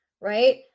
right